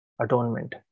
atonement